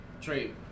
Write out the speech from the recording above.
Trade